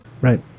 Right